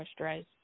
moisturized